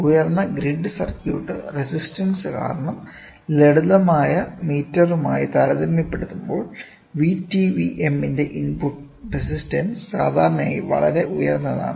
ഉയർന്ന grid circuit resistance കാരണം ലളിതമായ മീറ്ററുമായി താരതമ്യപ്പെടുത്തുമ്പോൾ വിടിവിഎമ്മിന്റെ ഇൻപുട്ട് റെസിസ്റ്റൻസ് സാധാരണയായി വളരെ ഉയർന്നതാണ്